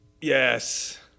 Yes